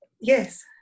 Yes